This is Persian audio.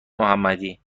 محمدی